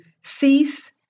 cease